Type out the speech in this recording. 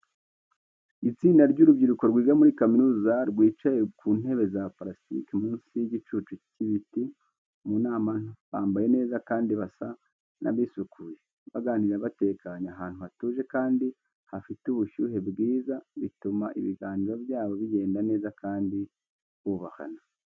Itsinda ry’urubyiruko rwiga muri kaminuza rwicaye ku ntebe za purasitiki munsi y’igicucu cy’ibiti, mu nama nto. Bambaye neza kandi basa n’abisukuye, baganira batekanye ahantu hatuje kandi hafite ubushyuhe bwiza bituma ibiganiro byabo bigenda neza kandi bubahana.